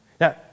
Now